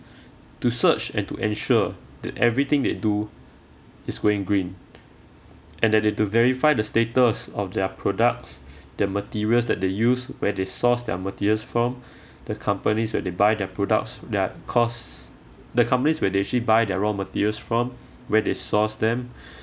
to search and to ensure that everything they do is going green and they they to verify the status of their products the materials that they use where they source their materials from the companies where they buy their products their cost the companies where they actually buy their raw materials from where they source them